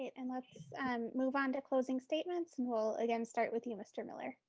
and let's and move on to closing statements. we'll again start with you, mr. miller.